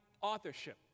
authorship